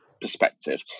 perspective